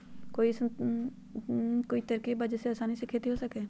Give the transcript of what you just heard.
कोई अइसन कोई तरकीब बा जेसे आसानी से खेती हो सके?